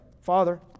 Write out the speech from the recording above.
Father